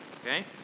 Okay